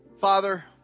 Father